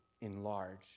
enlarge